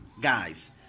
guys